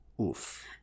Oof